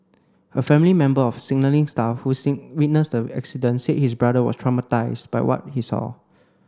a family member of a signalling staff who witnessed the accident said his brother was traumatised by what he saw